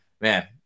man